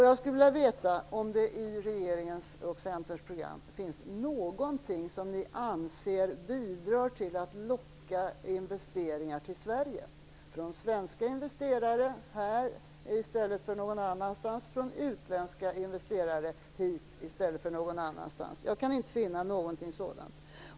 Jag skulle vilja veta om det i regeringens och Centerns program finns någonting som ni anser bidrar till att locka investeringar från svenska investerare och från utländska investerare till Sverige. Jag kan inte finna någonting sådant.